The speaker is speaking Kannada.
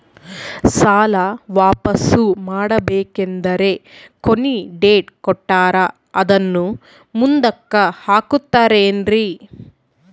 ಸಾಲ ವಾಪಾಸ್ಸು ಮಾಡಬೇಕಂದರೆ ಕೊನಿ ಡೇಟ್ ಕೊಟ್ಟಾರ ಅದನ್ನು ಮುಂದುಕ್ಕ ಹಾಕುತ್ತಾರೇನ್ರಿ?